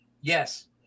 yes